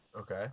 Okay